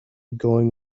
going